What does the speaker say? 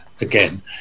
again